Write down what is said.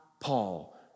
Paul